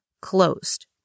closed